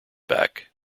back